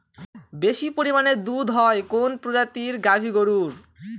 বেশি পরিমানে দুধ হয় কোন প্রজাতির গাভি গরুর?